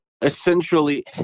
essentially